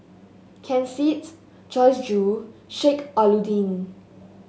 Ken Seets Joyce Jue Sheik Alau'ddin